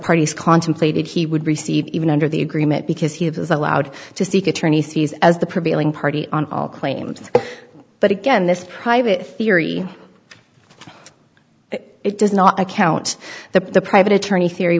parties contemplated he would receive even under the agreement because he was allowed to seek attorney's fees as the prevailing party on all claims but again this theory it does not account the private attorney theory